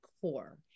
core